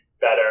better